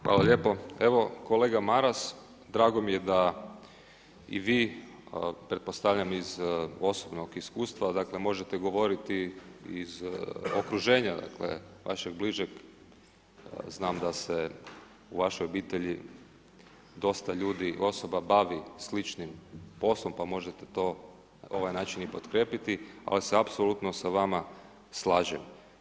Hvala lijepo evo kolega Maras drago mi je da i vi pretpostavljam iz posebnog iskustva možete govoriti iz okruženja vašeg bližeg, znam da se u vašoj obitelji, dosta ljudi, osoba bavi sličnim poslom, pa možete to i na ovaj način i potkrijepiti, a ja se apsolutno s vama slažem.